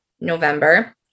November